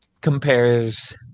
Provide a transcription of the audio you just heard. compares